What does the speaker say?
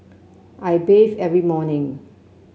I bathe every morning